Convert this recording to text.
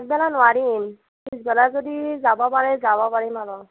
আগবেলা নোৱাৰিম পিছবেলা যদি যাব পাৰে যাব পাৰিম আৰু